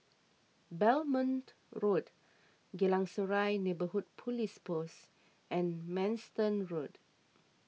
Belmont Road Geylang Serai Neighbourhood Police Post and Manston Road